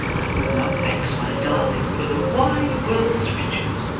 i would not vex my darling, for the wide world's riches.